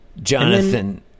Jonathan